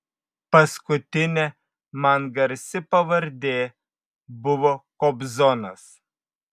paskutinė man garsi pavardė buvo kobzonas